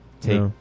take